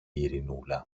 ειρηνούλα